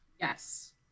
Yes